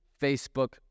Facebook